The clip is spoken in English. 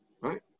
Right